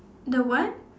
the what